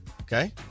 okay